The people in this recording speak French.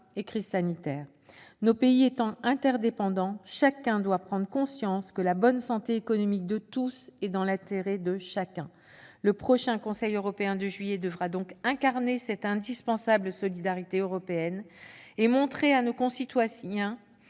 crise sanitaire. Nos pays étant interdépendants, chacun doit prendre conscience que la bonne santé économique de tous est dans l'intérêt de chacun ! Le prochain Conseil européen de juillet devra donc incarner cette indispensable solidarité européenne et montrer à nos concitoyens